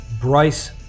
bryce